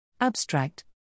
Abstract